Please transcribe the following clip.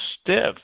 stiff